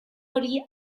hori